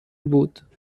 بود